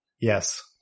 yes